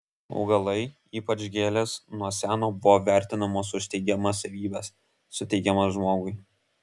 augalai ypač gėlės nuo seno buvo vertinamos už teigiamas savybes suteikiamas žmogui